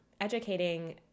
educating